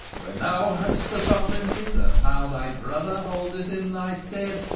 when thou hadst the sovereignty that now thy brother holdeth in thy stead,